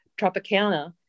Tropicana